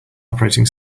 operating